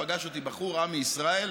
פגש אותי בחור עמי ישראל.